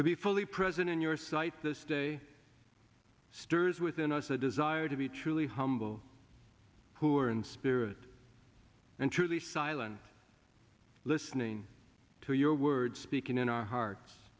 to be fully present in your sight this stirs within us a desire to be truly humble who are in spirit and truly silent listening to your words speaking in our hearts